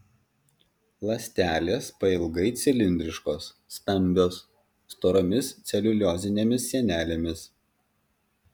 ląstelės pailgai cilindriškos stambios storomis celiuliozinėmis sienelėmis